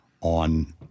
on